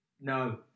No